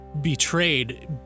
betrayed